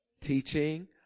Teaching